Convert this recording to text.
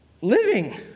living